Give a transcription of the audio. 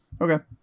Okay